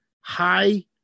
high